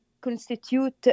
constitute